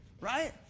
Right